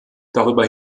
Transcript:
darüber